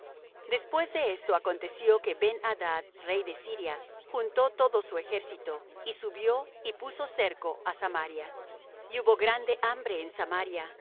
después de esto aconteció que ben adad rey de siria juntó todo su ejército y subió y puso cerco á samaria y hubo grande hambre en samaria